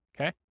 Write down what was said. Okay